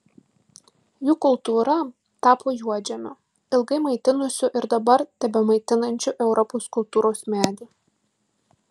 jų kultūra tapo juodžemiu ilgai maitinusiu ir dabar tebemaitinančiu europos kultūros medį